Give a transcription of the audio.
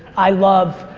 i love,